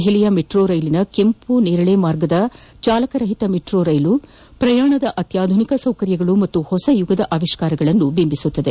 ದೆಹಲಿಯ ಮೆಟ್ರೋ ರೈಲಿನ ಕೆಂಪು ನೇರಳೆ ಮಾರ್ಗದ ಚಾಲಕ ರಹಿತ ಮೆಟ್ರೋ ರೈಲು ಪ್ರಯಾಣದ ಅತ್ಯಾಧುನಿಕ ಸೌಕರ್ಯ ಹಾಗೂ ಹೊಸಯುಗದ ಆವಿಷ್ಕಾರಗಳನ್ನು ಬಿಂಬಿಸುತ್ತದೆ